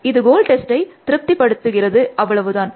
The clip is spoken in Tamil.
இது கோல் டெஸ்டை திருப்திப்படுத்திடுகிறது அவ்வளவுதான்